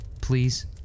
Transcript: please